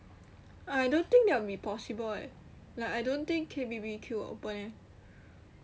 I don't think that'll be possible eh like I don't think K_B_B_Q open eh